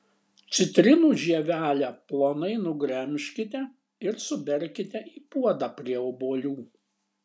citrinų žievelę plonai nugremžkite ir suberkite į puodą prie obuolių